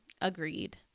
Agreed